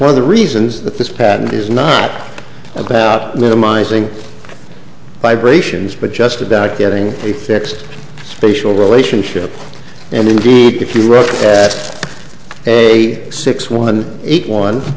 one of the reasons that this patent is not about minimizing vibrations but just about getting a fixed spatial relationship and indeed if you wrote a six one eight one